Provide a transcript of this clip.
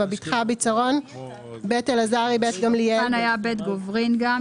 בטחה ביצרון בית אלעזרי בית גמליאל כאן היה בית גוברין גם.